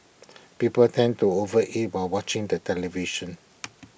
people tend to overeat while watching the television